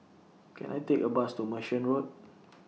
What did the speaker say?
Can I Take A Bus to Merchant Road